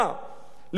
לגאולתה.